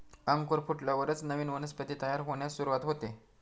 अंकुर फुटल्यावरच नवीन वनस्पती तयार होण्यास सुरूवात होते